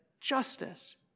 justice